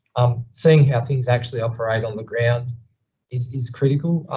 um, seeing how things actually operate on the ground is, is critical.